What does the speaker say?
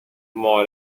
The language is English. more